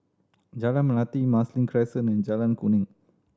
Jalan Melati Marsiling Crescent and Jalan Kuning